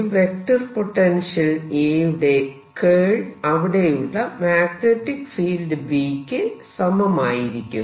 ഒരു vector potential A യുടെ curl അവിടെയുള്ള മാഗ്നെറ്റിക് ഫീൽഡ് B ക്ക് സമമായിരിക്കും